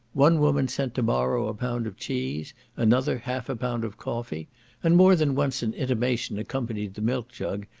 one woman sent to borrow a pound of cheese another half a pound of coffee and more than once an intimation accompanied the milk-jug,